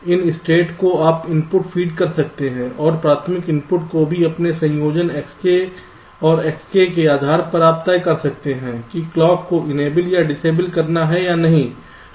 इन state को आप input feed कर सकते हैं और प्राथमिक इनपुट को भी उनके संयोजन Xk और Xk के आधार पर आप तय कर सकते हैं कि क्लॉक को इनेबल या डिसएबल करना है या नहीं